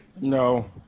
No